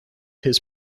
his